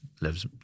lives